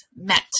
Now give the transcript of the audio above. met